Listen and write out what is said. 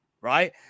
right